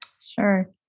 Sure